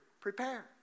prepare